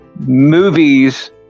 movies